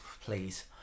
please